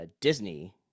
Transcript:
Disney